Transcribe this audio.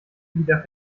wieder